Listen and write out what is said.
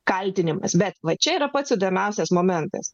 kaltinimas bet va čia yra pats įdomiausias momentas